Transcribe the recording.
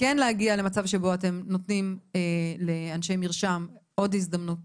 כן להגיד למצב שבו אתם נותנים לאנשי מרשם עוד הזדמנות